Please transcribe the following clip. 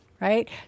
right